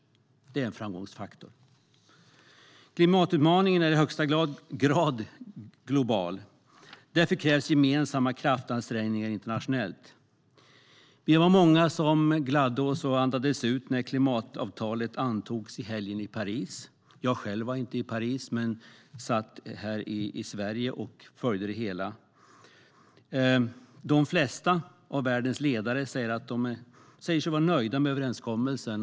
Det är en framgångsfaktor. Klimatutmaningen är i högsta grad global. Därför krävs gemensamma kraftansträngningar internationellt. Vi var många som gladde oss och andades ut när klimatavtalet antogs i helgen i Paris. Jag själv var inte i Paris men satt här i Sverige och följde det hela. De flesta av världens ledare säger sig vara nöjda med överenskommelsen.